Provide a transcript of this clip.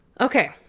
Okay